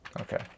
Okay